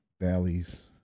valleys